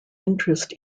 interest